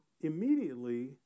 immediately